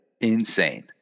Insane